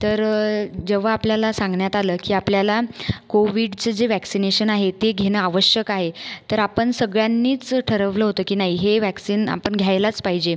तर जेव्हा आपल्याला सांगण्यात आलं की आपल्याला कोविडचं जे वॅक्सिनेशन आहे ते घेणं आवश्यक आहे तर आपण सगळ्यांनीच ठरवलं होतं की नाही हे वॅक्सिन आपण घ्यायलाच पाहिजे